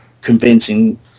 convincing